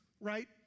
right